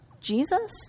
Jesus